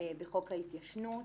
בחוק ההתיישנות.